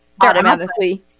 automatically